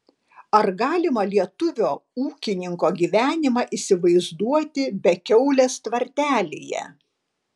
ar galima lietuvio ūkininko gyvenimą įsivaizduoti be kiaulės tvartelyje